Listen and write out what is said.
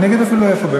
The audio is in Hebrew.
אני אגיד אפילו איפה,